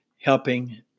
helping